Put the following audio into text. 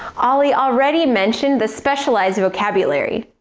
oli already mentioned the specialised vocabulary,